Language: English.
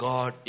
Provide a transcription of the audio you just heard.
God